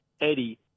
Eddie